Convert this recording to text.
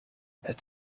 het